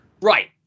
Right